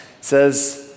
says